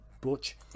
butch